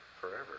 forever